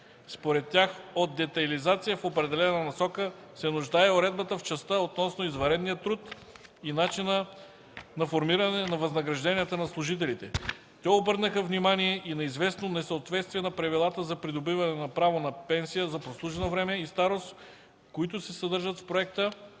Според тях от детайлизация в определена насока се нуждае уредбата в частта относно извънредния труд и начина на формиране на възнагражденията на служителите. Те обърнаха внимание и на известно несъответствие на правилата за придобиване на право на пенсия за прослужено време и старост, които се съдържат в проекта,